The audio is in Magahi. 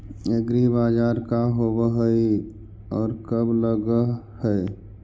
एग्रीबाजार का होब हइ और कब लग है?